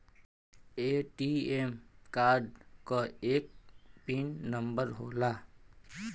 ATM card क एक pin number होला